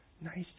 Nice